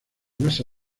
masa